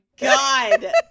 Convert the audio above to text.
God